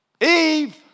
Eve